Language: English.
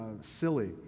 silly